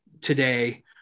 today